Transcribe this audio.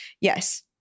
yes